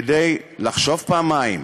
כדי לחשוב פעמיים: